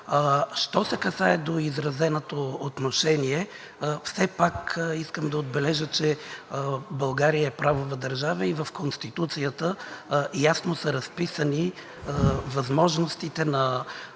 Що се касае до изразеното отношение, все пак искам да отбележа, че България е правова държава и в Конституцията ясно са разписани възможностите на